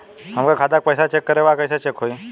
हमरे खाता के पैसा चेक करें बा कैसे चेक होई?